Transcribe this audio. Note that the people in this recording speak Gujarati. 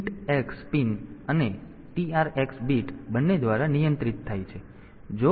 તેથી તે INT x પિન અને TR x bit બંને દ્વારા નિયંત્રિત થાય છે